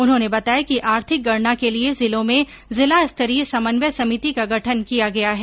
उन्होंने बताया कि आर्थिक गणना के लिए जिलों में जिला स्तरीय समन्वय समिति का गठन किया गया है